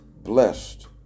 blessed